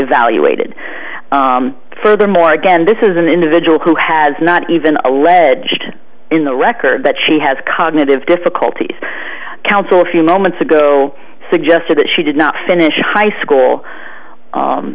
evaluated furthermore again this is an individual who has not even alleged in the record that she has cognitive difficulties council a few moments ago suggested that she did not finish high school